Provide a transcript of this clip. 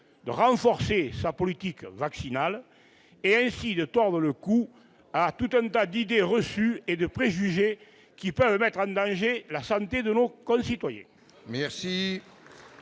de renforcer sa politique vaccinale, tordant ainsi le cou à nombre d'idées reçues et de préjugés qui peuvent mettre en danger la santé de nos concitoyens